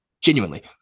Genuinely